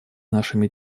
нашими